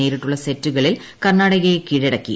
നേരിട്ടുള്ള സെറ്റുകളിൽ കർണാ ടകയെ കീഴടക്കി